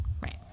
right